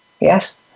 Yes